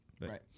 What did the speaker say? Right